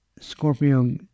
Scorpio